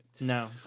No